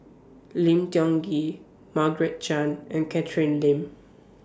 Lim Tiong Ghee Margaret Chan and Catherine Lim